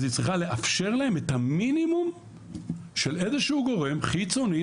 אז היא צריכה לאפשר להם את המינימום של איזשהו גורם חיצוני,